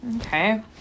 Okay